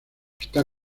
está